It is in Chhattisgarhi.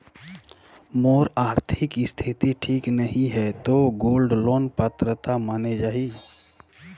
मोर आरथिक स्थिति ठीक नहीं है तो गोल्ड लोन पात्रता माने जाहि?